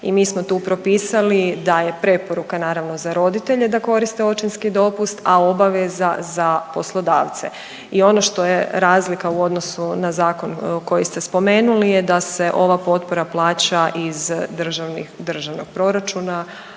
i mi smo tu propisali da je preporuka, naravno, za roditelje da koriste očinski dopust, a obaveza za poslodavca i ono što je razlika u odnosu na zakon koji ste spomenuli je da se ova potpora plaća iz državnog proračuna,